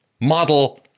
model